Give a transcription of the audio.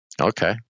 okay